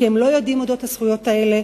כי הם לא יודעים על זכויות אלה,